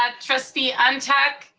um trustee ah and ntuk,